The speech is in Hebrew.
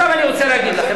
עכשיו אני רוצה להגיד לכם,